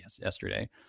yesterday